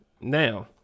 Now